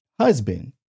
husband